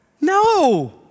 No